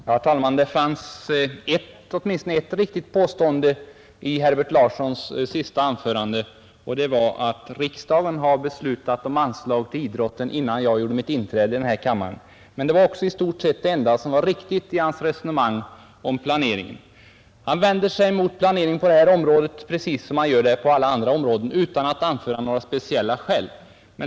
Herr talman! Det fanns åtminstone ett riktigt påstående i Herbert Larssons senaste anförande och det var att riksdagen har beslutat om anslag till idrotten innan jag gjorde mitt inträde i den här kammaren. Men det var också i stort sett det enda som var riktigt i hans resonemang om planering. Han vänder sig emot planering på detta område precis som han gör det på alla andra områden utan att anföra några speciella skäl.